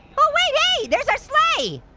oh wait, hey! there's our sleigh!